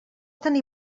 tenir